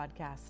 Podcast